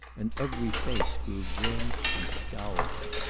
and every face grew grim and scowling.